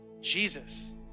Jesus